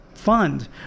Fund